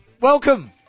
Welcome